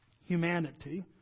humanity